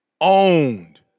owned